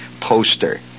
poster